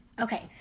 Okay